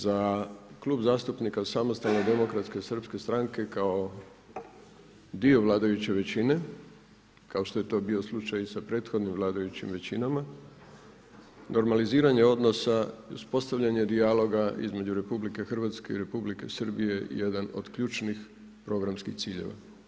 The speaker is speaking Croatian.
Za Klub zastupnika Samostalne demokratske srpske stranke kao dio vladajuće većine kao što je to bio slučaj i sa prethodnim vladajućim većinama normaliziranje odnosa i uspostavljanje dijaloga između Republike Hrvatske i Republike Srbije je jedan od ključnih programskih ciljeva.